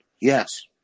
yes